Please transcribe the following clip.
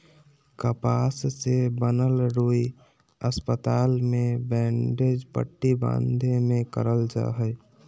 कपास से बनल रुई अस्पताल मे बैंडेज पट्टी बाँधे मे करल जा हय